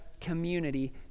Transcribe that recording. community